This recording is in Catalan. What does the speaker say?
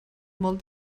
molt